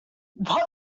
what